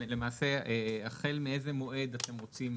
למעשה, החל מאיזה מועד אתם רוצים